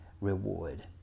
reward